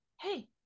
hey